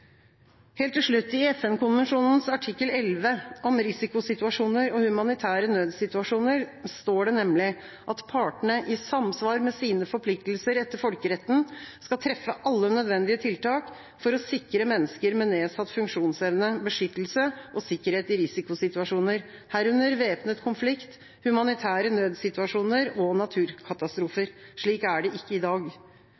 Helt til slutt: I FN-konvensjonens artikkel 11, om risikosituasjoner og humanitære nødsituasjoner, står det nemlig at partene i samsvar med sine forpliktelser etter folkeretten skal treffe alle nødvendige tiltak for å sikre mennesker med nedsatt funksjonsevne beskyttelse og sikkerhet i risikosituasjoner, herunder væpnet konflikt, humanitære nødsituasjoner og naturkatastrofer.